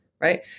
Right